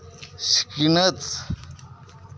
ᱥᱤᱠᱷᱱᱟᱹᱛ